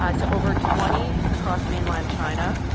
ah to over twenty across mainland china,